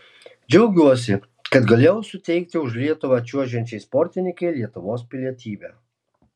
džiaugiuosi kad galėjau suteikti už lietuvą čiuožiančiai sportininkei lietuvos pilietybę